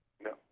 No